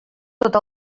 tot